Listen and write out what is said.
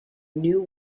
new